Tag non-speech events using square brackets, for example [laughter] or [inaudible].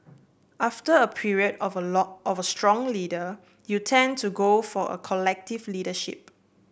after a period of a [unintelligible] of a strong leader you tend to go for a collective leadership